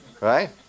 Right